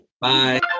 Bye